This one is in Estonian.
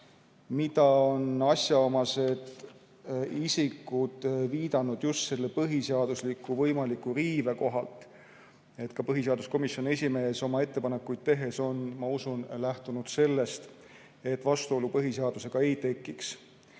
mida on asjaomased isikud viidanud just põhiseadusliku võimaliku riive kohapealt. Ka põhiseaduskomisjoni esimees oma ettepanekuid tehes on, ma usun, lähtunud sellest, et vastuolu põhiseadusega ei tekiks.